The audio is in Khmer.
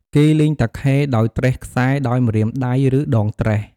គេលេងតាខេដោយត្រេះខ្សែដោយម្រាមដៃ ឬដងត្រេះ។